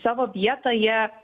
savo vietą jie